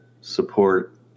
support